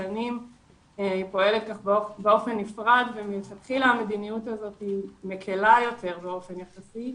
השנים פועלת באופן נפרד ומלכתחילה המדיניות הזאת מקלה יותר באופן יחסי,